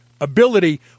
ability